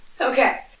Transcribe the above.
Okay